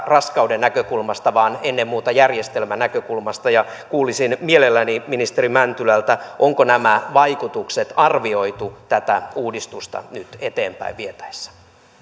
raskauden näkökulmasta vaan ennen muuta järjestelmän näkökulmasta kuulisin mielelläni ministeri mäntylältä onko nämä vaikutukset arvioitu tätä uudistusta nyt eteenpäin vietäessä